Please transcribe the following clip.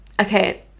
Okay